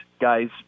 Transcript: guys